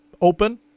open